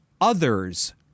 others